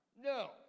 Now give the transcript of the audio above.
no